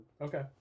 Okay